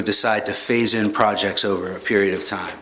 you decide to phase in projects over a period of time